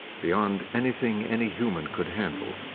beyond anything any human could handle,